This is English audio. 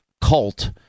cult